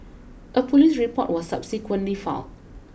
a police report was subsequently filed